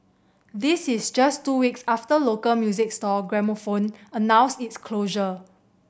this is just two weeks after local music store Gramophone announced its closure